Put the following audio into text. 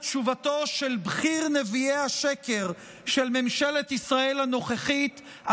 תשובתו של בכיר נביאי השקר של ממשלת ישראל הנוכחית,